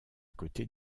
côté